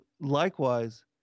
likewise